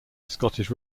scottish